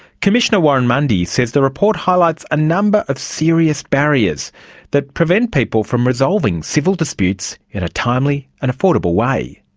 commissioner warren mundy says the report highlights a number of serious barriers that prevent people from resolving civil disputes in a timely and affordable way.